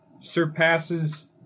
surpasses